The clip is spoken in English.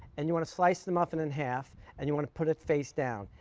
and you want to slice the muffin in half and you want to put it face down.